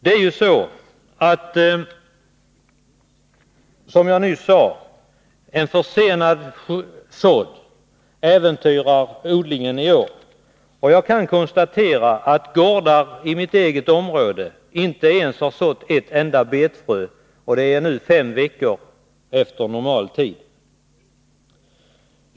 Det är ju så, som jag nyss sade, att en försenad sådd äventyrar odlingen i år. Jag kan konstatera att gårdar i mitt eget område inte har sått ett enda betfrö, och det är nu tre till fem veckor efter normal tid.